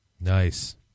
Nice